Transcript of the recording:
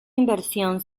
inversión